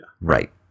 right